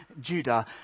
Judah